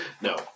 No